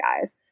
guys